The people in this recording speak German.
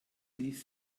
ließ